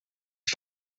het